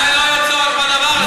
אולי לא היה צורך בדבר הזה.